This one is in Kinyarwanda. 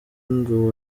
ngo